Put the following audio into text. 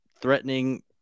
threatening